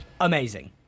Amazing